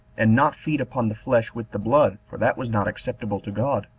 and not feed upon the flesh with the blood, for that was not acceptable to god.